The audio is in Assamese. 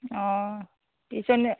অঁ টিউচন